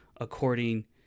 according